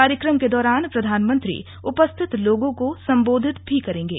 कार्यक्रम के दौरान प्रधानमंत्री उपस्थिति लोगों को संबोधित भी करेंगे